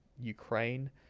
ukraine